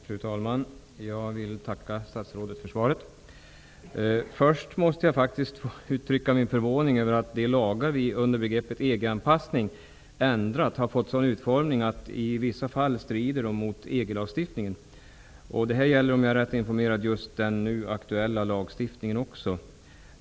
Fru talman! Jag vill tacka statsrådet för svaret. Först måste jag uttrycka min förvåning över att de lagar som vi under begreppet EG-anpassning ändrat har fått en sådan utformning att de i vissa fall strider mot EG-lagstiftningen. Det gäller, om jag är rätt underrättad, just den nu aktuella lagstiftningen.